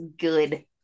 good